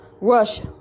Russia